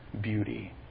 beauty